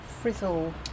frizzle